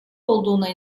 olduğuna